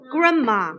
Grandma